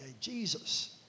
Jesus